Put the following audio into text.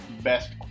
best